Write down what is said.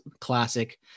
classic